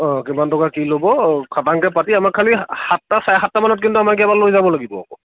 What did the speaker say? অঁ কিমান টকা কি ল'ব খাটাঙকৈ পাতি আমাক খালি সাতটা চাৰে সাতটামানত কিন্তু আমাক ইয়াৰ পৰা লৈ যাব লাগিব আকৌ